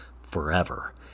forever